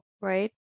right